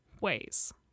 ways